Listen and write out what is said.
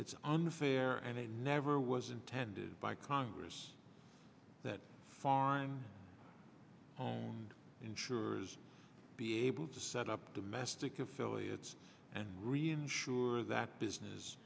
it's unfair and it never was intended by congress that foreign owned insurers be able to set up domestic affiliates and reinsurer that business